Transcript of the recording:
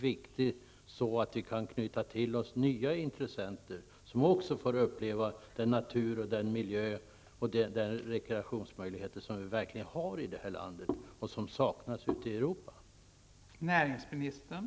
Vi måste kunna knyta till oss nya intressenter, som också får uppleva den natur, miljö och de rekreationsmöjligheter som vi verkligen har i det här landet och som saknas i det övriga Europa.